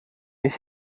ich